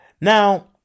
Now